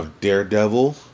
Daredevil